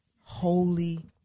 Holy